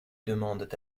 demandent